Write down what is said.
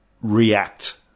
react